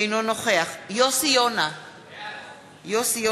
אינו נוכח יוסי יונה, בעד